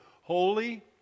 Holy